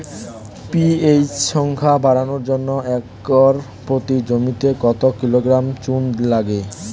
PH সংখ্যা বাড়ানোর জন্য একর প্রতি জমিতে কত কিলোগ্রাম চুন লাগে?